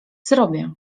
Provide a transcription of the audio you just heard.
zrobię